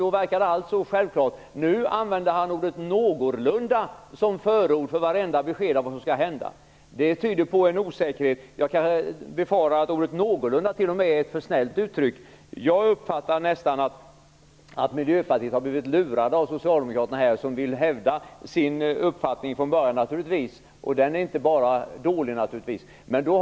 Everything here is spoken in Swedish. Då verkade allting så självklart. Nu använder han ordet "någorlunda" som förord före vartenda besked om vad som skall hända. Det tyder på en osäkerhet. Jag befarar att t.o.m. ordet "någorlunda" är ett för snällt uttryck. Jag uppfattar nästan att Miljöpartiet blivit lurat av Socialdemokraterna som givetvis vill hävda sin uppfattning från början - och den är naturligtvis inte bara dålig.